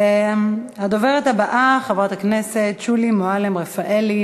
הדוברת הבאה, חברת הכנסת שולי מועלם-רפאלי.